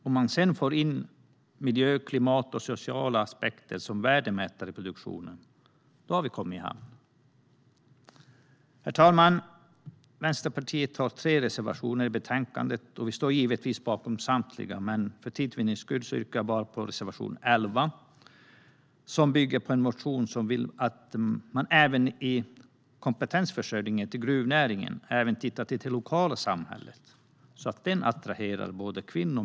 Om vi sedan får in miljö, klimat och sociala aspekter som värdemätare i produktionen har vi kommit i hamn. Herr talman! Vänsterpartiet har tre reservationer i betänkandet, och vi står givetvis bakom samtliga. För tids vinnande yrkar jag bifall till bara reservation 11, som bygger på en motion som tar upp frågan om kompetensförsörjning till gruvnäringen så att kvinnor och män i det lokala samhället kan attraheras till näringen.